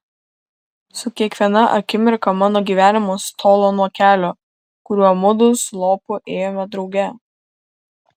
su kiekviena akimirka mano gyvenimas tolo nuo kelio kuriuo mudu su lopu ėjome drauge